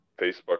Facebook